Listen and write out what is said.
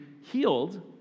healed